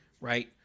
right